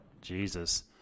Jesus